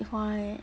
eh